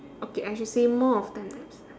okay I should say more of ten laps